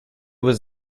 was